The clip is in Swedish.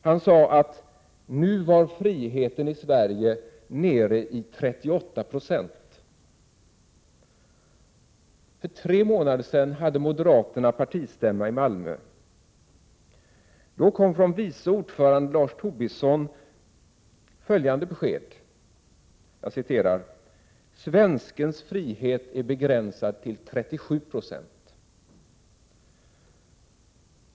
Han sade att friheten i Sverige nu var nere i 38 96. För tre månader sedan hade moderaterna partistämma i Malmö. Då kom från vice ordföranden Lars Tobisson följande besked: Svenskens frihet är begränsad till 37 Zo.